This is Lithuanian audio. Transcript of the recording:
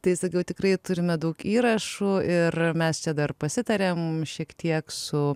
tai sakiau tikrai turime daug įrašų ir mes čia dar pasitarėm šiek tiek su